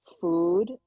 food